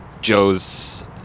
Joe's